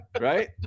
Right